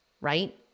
right